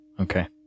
Okay